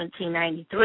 1793